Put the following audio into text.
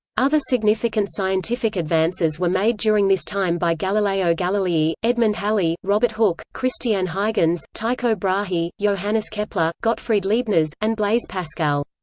other significant scientific advances were made during this time by galileo galilei, edmond halley, robert hooke, christiaan huygens, tycho brahe, johannes kepler, gottfried leibniz, and blaise pascal.